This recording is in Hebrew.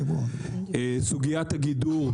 סוגיית הגידור,